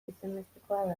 ezinbestekoa